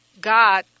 God